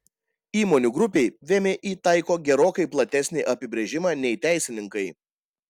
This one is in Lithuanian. įmonių grupei vmi taiko gerokai platesnį apibrėžimą nei teisininkai